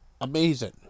amazing